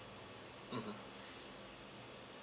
mmhmm